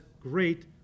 great